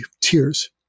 tears